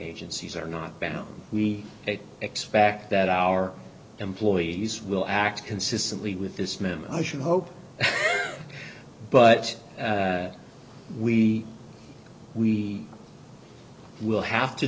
agencies are not bound we expect that our employees will act consistently with this member i should hope but we we will have to